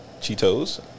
Cheetos